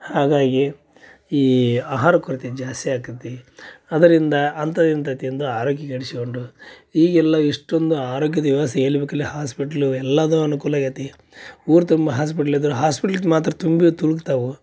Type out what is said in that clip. ಹಾಗಾಗಿ ಈ ಆಹಾರ ಕೊರತೆ ಜಾಸ್ತಿ ಆಕತಿ ಅದರಿಂದ ಅಂಥಾ ಇಂತವು ತಿಂದು ಅರೋಗ್ಯ ಕೆಡಿಸ್ಕೊಂಡು ಈಗೆಲ್ಲ ಇಷ್ಟೊಂದು ಆರೋಗ್ಯದ ವ್ಯವಸ್ಥೆ ಎಲ್ಲಿ ಬೇಕಲ್ಲಿ ಹಾಸ್ಪಿಟ್ಲು ಎಲ್ಲದು ಅನುಕೂಲ ಆಗೈತಿ ಊರು ತುಂಬ ಹಾಸ್ಪೆಟ್ಲ್ ಇದ್ರ ಹಾಸ್ಪೆಟ್ಲಿದ ಮಾತ್ರ ತುಂಬಿ ತುಳಕ್ತವು